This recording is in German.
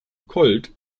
colt